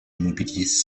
immobiliers